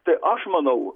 tai aš manau